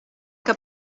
que